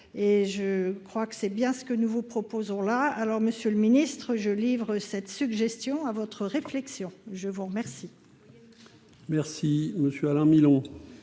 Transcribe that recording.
et je crois que c'est bien ce que nous vous proposons là, alors Monsieur le Ministre, je livre cette suggestion à votre réflexion, je vous remercie. Vous voyez le numéro.